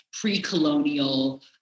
pre-colonial